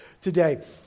today